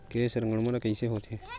के संक्रमण कइसे होथे?